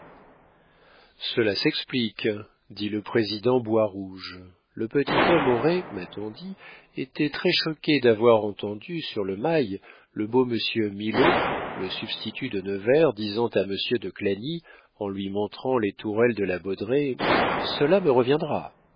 cela s'explique dit le président boirouge le petit homme aurait m'a-t-on dit été très choqué d'avoir entendu sur le mail le beau monsieur milaud le substitut de nevers disant à monsieur de clagny en lui montrant les tourelles de la baudraye cela me reviendra